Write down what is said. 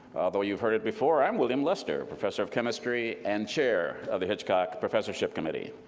although you've heard it before, i'm william lester, professor of chemistry and chair of the hitchcock professorship committee.